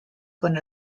con